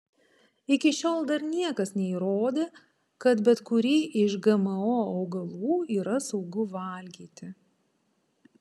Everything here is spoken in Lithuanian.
iki šiol dar niekas neįrodė kad bet kurį iš gmo augalų yra saugu valgyti